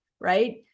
right